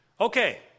Okay